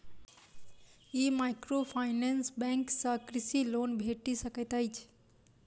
की microfinance bank सँ कृषि loan भेटि सकैत अछि?